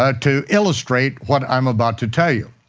ah to illustrate what i'm about to tell you.